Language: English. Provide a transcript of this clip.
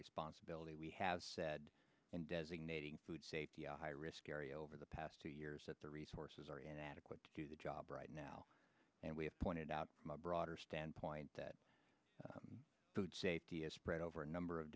responsibility we have said designating food safety a high risk area over the past two years that the resources are inadequate to do the job right now and we have pointed out broader standpoint that food safety is spread over a number of